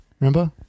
Remember